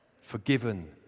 forgiven